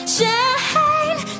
Shine